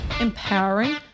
empowering